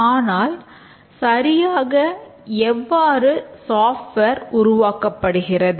ஆனால் சரியாக எவ்வாறு சாஃப்ட்வேர் உருவாக்கப்படுகிறது